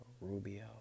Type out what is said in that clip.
Rubio